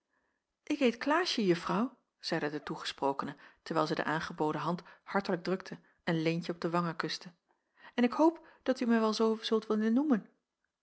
ik heet klaasje juffrouw zeide de toegesprokene terwijl zij de aangeboden hand hartelijk drukte en leentje op de wangen kuste en ik hoop dat u mij wel zoo zult willen noemen